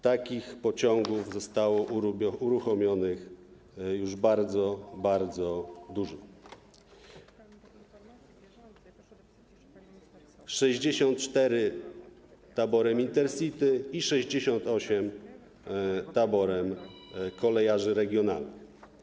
Takich pociągów zostało uruchomionych już bardzo, bardzo dużo: 64 taborem Intercity i 68 taborem kolejarzy regionalnych.